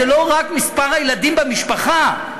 זה לא רק מספר הילדים במשפחה,